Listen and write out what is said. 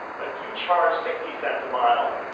but if you charge sixty cents a mile,